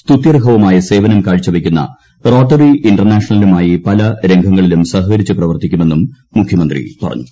സ്തുത്യർഹവുമായ സേവനം കാഴ്ചവയ്ക്കുന്ന റോട്ടറി ഇന്റർനാഷണലുമായി പല രംഗങ്ങളിലും സഹകരിച്ചു പ്രവർത്തിക്കുമെന്നും മുഖ്യമന്ത്രി പറഞ്ഞു